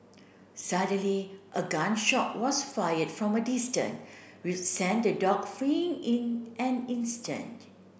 suddenly a gun shot was fired from a distant which sent the dog fleeing in an instant